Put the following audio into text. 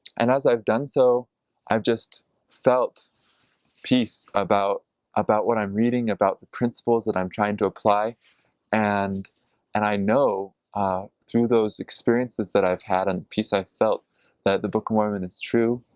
and as i've done so i've just felt peace about about what i'm reading about principles that i'm trying to apply and and i know through those experiences that i've had and peace i've felt that the book of mormon is true,